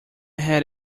had